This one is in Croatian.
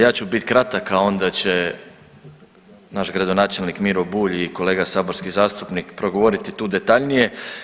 Ja ću bit kratak, a onda će naš gradonačelnik Miro Bulj i kolega saborski zastupnik progovoriti tu detaljnije.